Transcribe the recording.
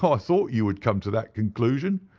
i thought you would come to that conclusion.